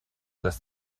das